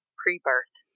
pre-birth